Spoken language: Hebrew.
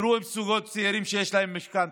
דברו עם זוגות צעירים שיש להם משכנתה,